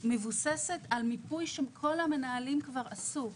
מבוססת על מיפוי שכל המנהלים כבר עשו.